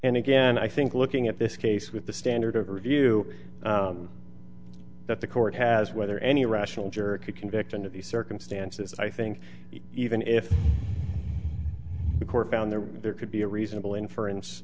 and again i think looking at this case with the standard of review that the court has whether any rational jerk a conviction of the circumstances i think even if the court found that there could be a reasonable inference